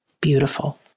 Beautiful